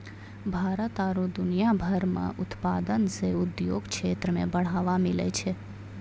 भारत आरु दुनिया भर मह उत्पादन से उद्योग क्षेत्र मे बढ़ावा मिलै छै